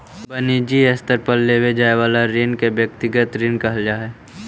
वनिजी स्तर पर लेवे जाए वाला ऋण के व्यक्तिगत ऋण कहल जा हई